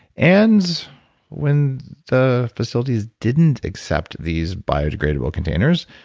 and when the facilities didn't accept these biodegradable containers,